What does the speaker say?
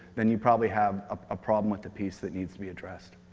then you probably have a problem with the piece that needs to be addressed.